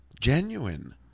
genuine